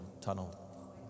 tunnel